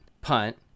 punt